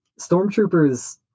stormtroopers